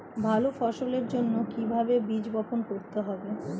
ভালো ফসলের জন্য কিভাবে বীজ বপন করতে হবে?